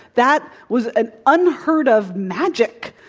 that was an unheard of magic,